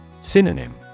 Synonym